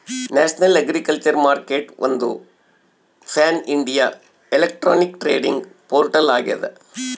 national agriculture ಮಾರ್ಕೆಟ್ಒಂದು pan India electronic trading portal ಆಗ್ಯದ